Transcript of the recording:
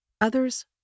others